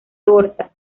horta